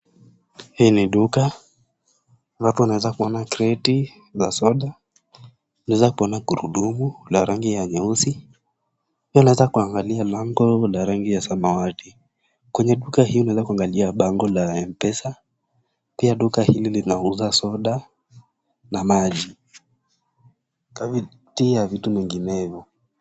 Hii ni duka, watu wanaeza kuona kreti za soda, unaeza kuona gurudumu la rangi ya nyeusi. Pia unaeza kuangalia lango la rangi ya samawati. Kwenye duka hii unaeza kuangalia bango la m-pesa. Pia duka hili linauza soda na maji kati ya vitu nyinginevyo.